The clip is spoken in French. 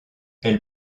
elle